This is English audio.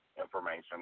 information